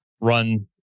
run